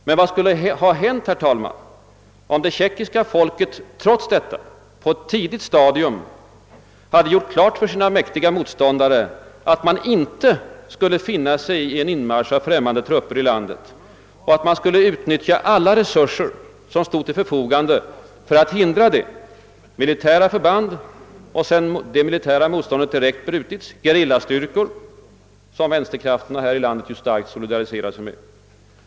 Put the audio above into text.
Men vad skulle ha hänt, herr talman, om det tjeckiska folket trots detta på ett tidigt stadium hade gjort klart för sina mäktiga motståndare, att man inte skulle finna sig i en inmarsch av främmande trupper i landet och att man skulle utnyttja alla resurser, som stod till förfogande för att hindra detta — militära förband och, sedan det direkta militära försvaret brutits, gerillastyrkor, som vänsterkrafterna här i landet i dag i olika sammanhang ju starkt solidariserar sig med?